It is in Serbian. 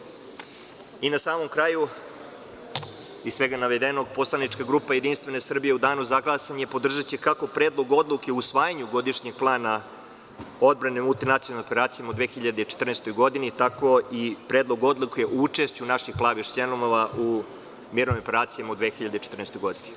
Na samom kraju, izsvega navedenog Poslanička grupa Jedinstvene Srbije u danu za glasanje podržaće kako Predlog odluke o usvajanju Godišnjeg plana odbrane u multinacionalnim operacijama u 2014. godini, tako i Predlog odluke o učešću naših „plavih šlemova“ u mirovnim operacijama u 2014. godini.